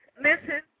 Listen